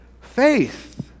faith